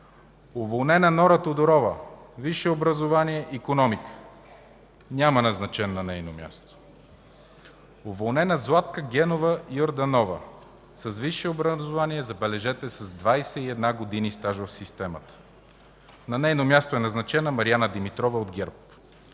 уволнена Нора Тодорова, висше образование – „Икономика”, няма назначен на нейно място; - уволнена Златка Генова Йорданова, с висше образование, забележете, с 21 години стаж в системата, на нейно място е назначена Мариана Димитрова от ГЕРБ;